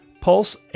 pulse